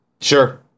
sure